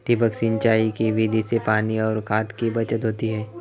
ठिबक सिंचाई की विधि से पानी और खाद की बचत होती है